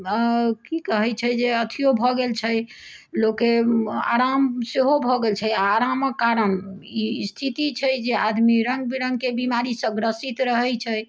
कि कहै छै जे अथियो भऽ गेल छै लोकके आराम सेहो भऽ गेल छै आ आरामके कारण ई स्थिति छै जे आदमी रङ्ग बिरङ्गके बिमारीसँ ग्रसित रहै छै